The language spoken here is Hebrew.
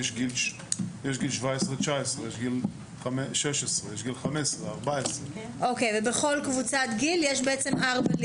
יש גיל 17-19, יש גיל 16, יש גיל 15,